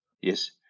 Yes